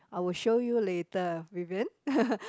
I will show you later Vivian